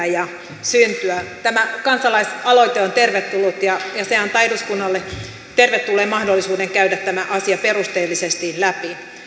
ja syntyä tämä kansalaisaloite on tervetullut ja se antaa eduskunnalle tervetulleen mahdollisuuden käydä tämä asia perusteellisesti läpi